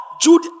Jude